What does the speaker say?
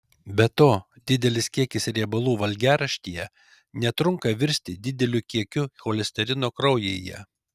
be to didelis kiekis riebalų valgiaraštyje netrunka virsti dideliu kiekiu cholesterino kraujyje